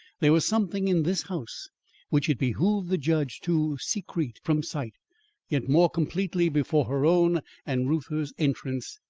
there was something in this house which it behooved the judge to secrete from sight yet more completely before her own and reuther's entrance,